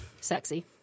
Sexy